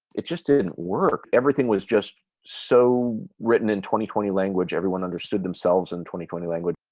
it just didn't work. everything was just so written in twenty, twenty language, everyone understood themselves in twenty, twenty language.